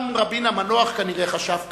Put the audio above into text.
גם רבין המנוח כנראה חשב כך,